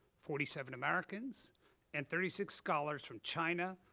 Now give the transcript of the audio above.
forty seven americans and thirty six scholars from china,